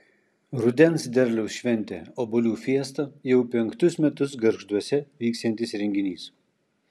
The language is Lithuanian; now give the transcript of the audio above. rudens derliaus šventė obuolių fiesta jau penktus metus gargžduose vyksiantis renginys